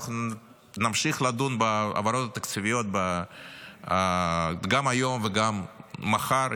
ואנחנו נמשיך לדון בהעברות התקציביות גם היום וגם מחר,